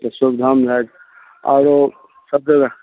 तो सुविधा में है और वो सब जगह